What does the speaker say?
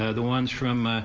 ah the ones from a.